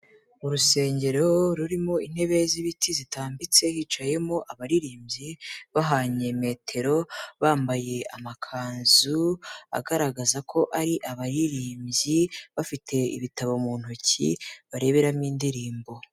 Mu rusengero rurimo intebe z'ibiti zitambitse, hicayemo abaririmbyi bahanye metero, bambaye amakanzu agaragaza ko ari abaririmbyi, bafite ibitabo mu ntoki bareberamo indirimbo.